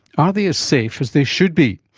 are they as safe as they should be?